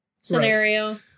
scenario